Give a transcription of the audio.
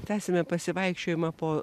tęsiame pasivaikščiojimą po